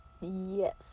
Yes